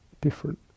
different